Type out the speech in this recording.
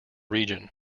region